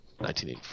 1984